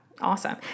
Awesome